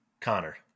Connor